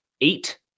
eight